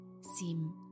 seem